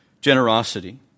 generosity